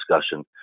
discussion